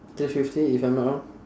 three fifty if I'm not wrong